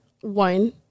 one